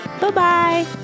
Bye-bye